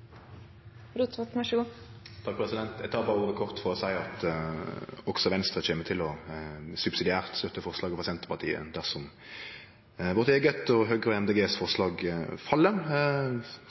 ordet kort for å seie at også Venstre kjem subsidiært til å støtte forslaget frå Senterpartiet dersom vårt eige, Høgre og Miljøpartiet Dei Grønes forslag fell.